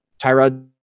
Tyrod